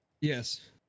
yes